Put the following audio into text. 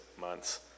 months